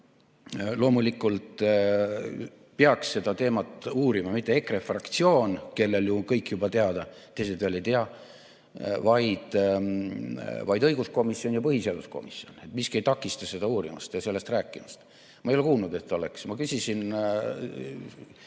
on? Loomulikult ei peaks seda teemat uurima mitte EKRE fraktsioon, kellel on ju kõik juba teada, kuigi teised veel ei tea, vaid õiguskomisjon ja põhiseaduskomisjon. Miski ei takista seda uurimast ja sellest rääkimast. Ma ei ole kuulnud, et seda oleks tehtud. Ma küsisin